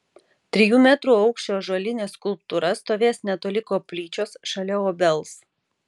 trijų metrų aukščio ąžuolinė skulptūra stovės netoli koplyčios šalia obels